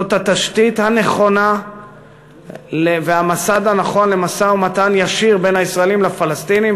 זו התשתית הנכונה והמסד הנכון למשא-ומתן ישיר בין הישראלים לפלסטינים,